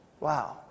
Wow